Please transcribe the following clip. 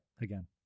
again